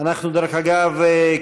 דרך אגב,